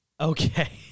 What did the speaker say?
Okay